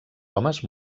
homes